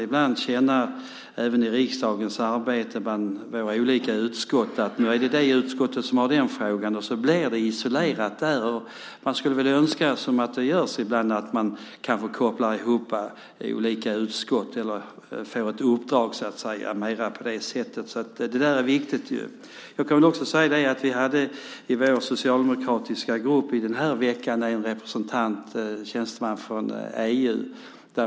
Ibland kan man i riksdagens arbete känna att frågor isoleras till ett bestämt utskott. Man skulle önska att man kopplar ihop olika utskott, som man ju gör ibland. Det är viktigt. I vår socialdemokratiska grupp hade vi den här veckan en tjänsteman från EU.